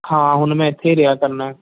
ਹਾਂ ਹੁਣ ਮੈਂ ਇੱਥੇ ਹੀ ਰਿਹਾ ਕਰਨਾ